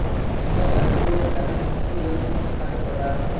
दुनिया भर के लोग खातिर मछरी एक मुख्य खाद्य पदार्थ हौ